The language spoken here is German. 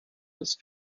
das